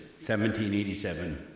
1787